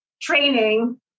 training